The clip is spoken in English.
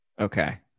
Okay